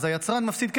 היצרן מפסיד כסף,